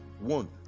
one